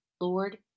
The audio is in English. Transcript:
Lord